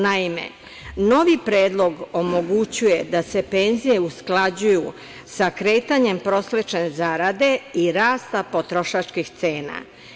Naime, novi predlog omogućuju da se penzije usklađuju sa kretanjem prosečne zarade i rasta potrošačkih cena.